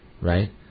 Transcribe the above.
right